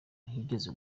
yigeze